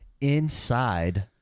inside